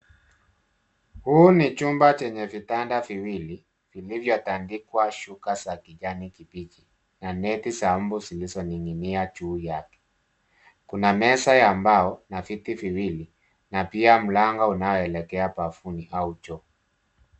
Huu ni chumba chenye vitanda viwili, vilivyotandikwa shuka za kijani kibichi, na neti za mbu zilizoning'inia juu yake. Kuna meza ya mbao na viti viwili, na pia mlango unaoelekea bafuni au choo.